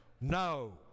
No